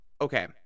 okay